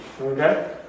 Okay